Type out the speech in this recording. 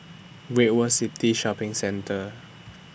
Great World City Shopping Centre